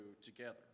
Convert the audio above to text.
together